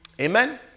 Amen